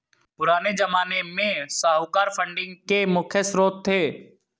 पुराने ज़माने में साहूकार फंडिंग के मुख्य श्रोत थे